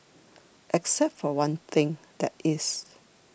except for one thing that is